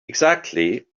exactly